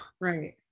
right